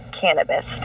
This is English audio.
cannabis